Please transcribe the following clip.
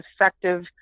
effective